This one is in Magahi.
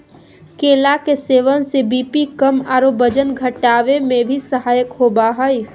केला के सेवन से बी.पी कम आरो वजन घटावे में भी सहायक होबा हइ